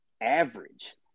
average